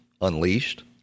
unleashed